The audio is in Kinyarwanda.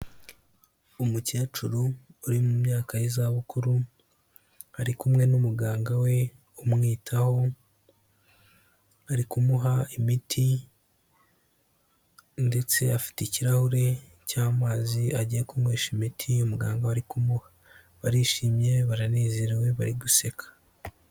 Umukecuru uri mu myaka y'izabukuru, ari kumwe n'umuganga we umwitaho, arikumuha imiti ndetse afite ikirahure cy'amazi agiye kunywesha imiti ye muganga arikumuha, barishimye baranezerewe bari guseka.